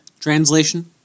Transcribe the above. Translation